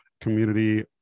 community